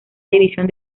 división